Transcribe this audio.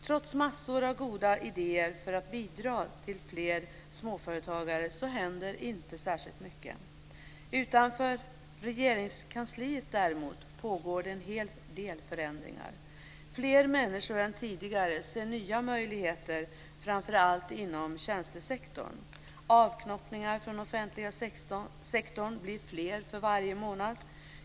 Trots massor av goda idéer för att bidra till fler småföretag händer inte mycket. Utanför Regeringskansliet pågår däremot en hel del förändringar. Fler människor än tidigare ser nya möjligheter, framför allt inom tjänstesektorn. Avknoppningar från offentliga sektorn blir fler för varje månad.